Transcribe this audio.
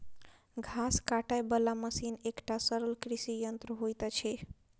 घास काटय बला मशीन एकटा सरल कृषि यंत्र होइत अछि